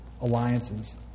alliances